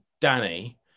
Danny